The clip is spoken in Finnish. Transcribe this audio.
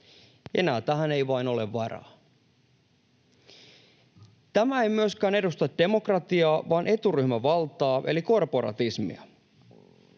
Enää tähän ei vain ole varaa. Tämä ei myöskään edusta demokratiaa, vaan eturyhmävaltaa eli korporatismia.